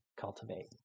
cultivate